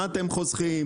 מה אתם חוסכים,